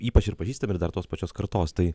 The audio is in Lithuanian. ypač ir pažįstami dar tos pačios kartos tai